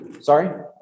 sorry